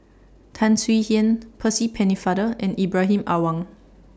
Tan Swie Hian Percy Pennefather and Ibrahim Awang